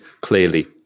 clearly